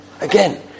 Again